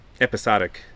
episodic